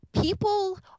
people